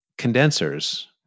Condensers